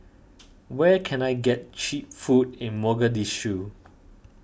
where can I get Cheap Food in Mogadishu